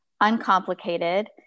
uncomplicated